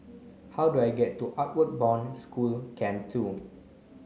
how do I get to Outward Bound School Camp two